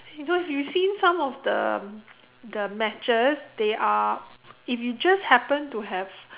you know if you see some of the the matches they are if you just happen to have